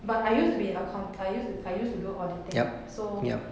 but I used to be in accoun~ I used to I used to do auditing lah so so